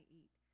eat